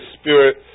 Spirit